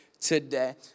today